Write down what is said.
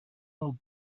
del